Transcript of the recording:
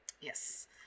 yes